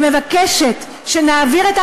אני מבקשת שנעביר,